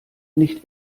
nicht